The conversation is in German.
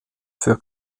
für